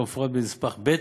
כמפורט בנספח ב'